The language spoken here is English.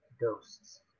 ghosts